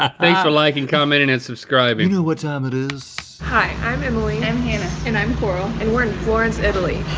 ah thanks for liking, commenting and subscribing. you know what time it is. hi, i'm emily. i'm hannah. and i'm coral. and we're in florence, italy.